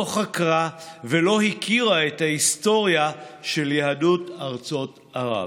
לא חקרה ולא הכירה את ההיסטוריה של יהדות ארצות ערב.